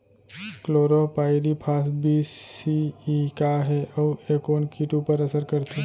Chlorpyrifos बीस C E का हे अऊ ए कोन किट ऊपर असर करथे?